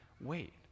wait